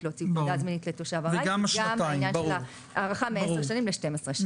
להוציא תעודה כתושב ארעי וגם הארכה מ-10 שנים ל-13 שנים.